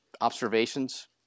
observations